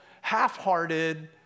half-hearted